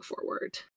forward